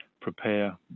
prepare